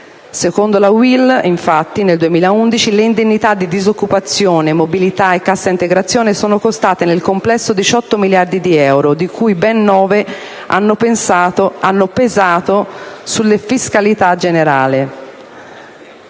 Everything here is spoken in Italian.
Secondo la UIL, infatti, nel 2011 le indennità di disoccupazione, mobilità e cassa integrazione sono costate nel complesso 18 miliardi di euro, di cui ben 9 miliardi hanno pesato sulla fiscalità generale.